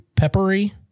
peppery